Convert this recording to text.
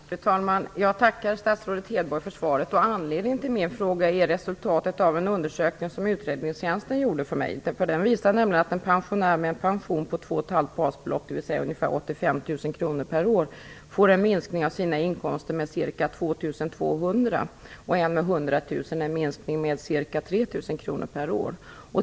Fru talman! Jag tackar statsrådet Hedborg för svaret. Anledningen till min fråga är resultatet av en undersökning som utredningstjänsten har gjort åt mig. Den visar nämligen att en pensionär med en pension på 2,5 basbelopp, dvs. ungefär 85 000 kr per år, får en minskning av sina inkomster med ca 2 200 kr, och en pensionär med 100 000 kr får en minskning med ca 3 000 kr.